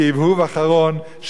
כהבהוב אחרון,